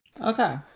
Okay